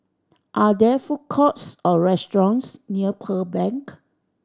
are there food courts or restaurants near Pearl Bank